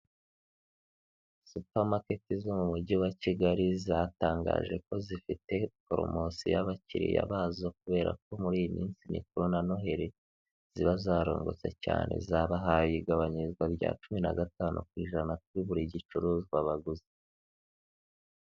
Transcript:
Supamaketi zo mu Mujyi wa Kigali zatangaje ko zifite poromosiyo abakiriya bazo, kubera ko muri iyi minsi mikuru na noheri ziba zarungutse cyane, zabahaye igabanyirizwa rya cumi na gatanu ku ijana kuri buri gicuruzwa baguze.